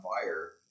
fire